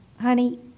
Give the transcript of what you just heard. honey